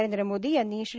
नरेंद्र मोदी यांनी श्री